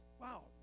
wow